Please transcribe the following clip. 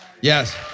Yes